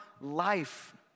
life